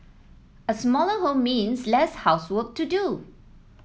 a smaller home means less housework to do